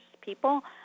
people